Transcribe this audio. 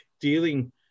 dealing